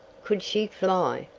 could she fly?